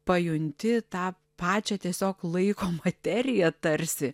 pajunti tą pačią tiesiog laiko materiją tarsi